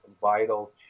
vital